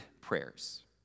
prayers